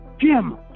Jim